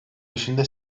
dışında